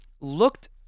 looked